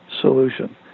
solution